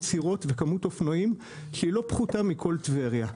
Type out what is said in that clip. סירות וכמות אופנועים שהיא לא פחותה מכל טבריה.